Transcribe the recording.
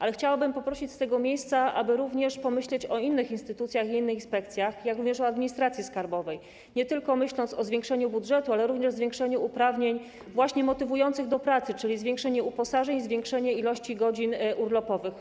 Ale chciałabym poprosić z tego miejsca, aby również pomyślano o innych instytucjach i innych inspekcjach, również o administracji skarbowej, pomyślano nie tylko o zwiększeniu budżetu, ale również o zwiększeniu uprawnień motywujących do pracy, czyli zwiększeniu uposażeń, zwiększeniu liczby godzin urlopowych.